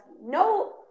No